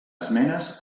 esmenes